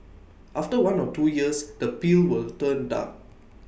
after one or two years the peel will turn dark